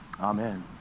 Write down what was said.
Amen